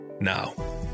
Now